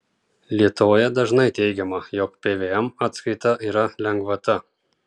lietuvoje dažnai teigiama jog pvm atskaita yra lengvata